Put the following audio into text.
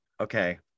okay